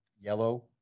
yellow